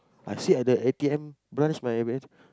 I sit at the a_t_m branch by